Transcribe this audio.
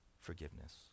forgiveness